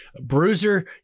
bruiser